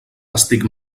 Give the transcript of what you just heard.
estic